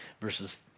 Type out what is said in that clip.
verses